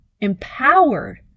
empowered